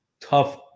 tough